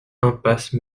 impasse